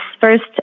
first